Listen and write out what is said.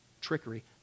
trickery